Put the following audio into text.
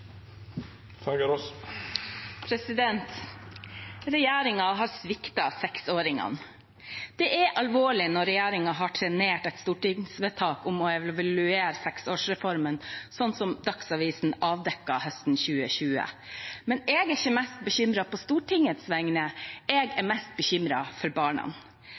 har sviktet seksåringene. Det er alvorlig når regjeringen har trenert et stortingsvedtak om å evaluere seksårsreformen, slik Dagsavisen avdekket høsten 2020. Men jeg er ikke mest bekymret på Stortingets vegne, jeg er mest bekymret for barna.